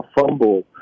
fumble